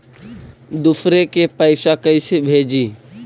दुसरे के पैसा कैसे भेजी?